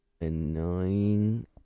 Annoying